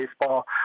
baseball